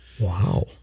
Wow